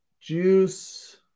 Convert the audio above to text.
Juice